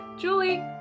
Julie